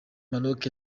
maroc